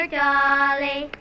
dolly